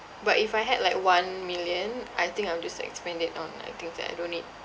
but if I had like one million I think I'll just like spend it on like things that I don't need